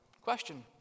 question